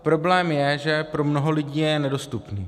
Problém je, že pro mnoho lidí je nedostupný.